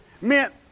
meant